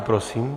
Prosím.